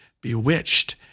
Bewitched